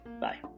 Bye